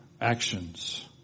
actions